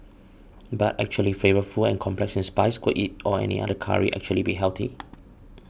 but equally flavourful and complex in spice could it or any other curry actually be healthy